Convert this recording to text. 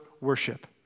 worship